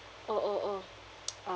oh oh oh